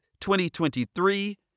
2023